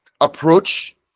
approach